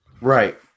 right